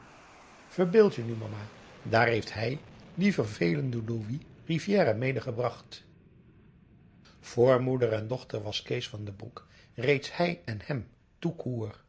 verbeeld je nu mama daar heeft hij dien vervelenden louis rivière medegebracht voor moeder en dochter was kees van den broek reeds hij en hem